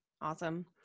Awesome